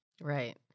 Right